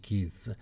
Kids